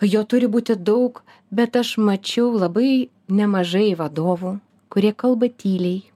jo turi būti daug bet aš mačiau labai nemažai vadovų kurie kalba tyliai